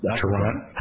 Toronto